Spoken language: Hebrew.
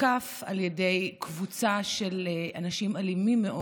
הותקף על ידי קבוצה של אנשים אלימים מאוד,